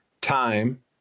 time